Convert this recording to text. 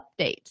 updates